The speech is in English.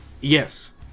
Yes